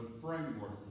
framework